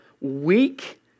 weak